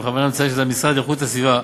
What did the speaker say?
אני בכוונה מציין שזה המשרד לאיכות הסביבה,